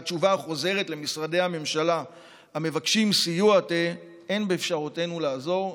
והתשובה החוזרת למשרדי הממשלה המבקשים סיוע תהא: אין באפשרותנו לעזור.